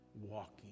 walking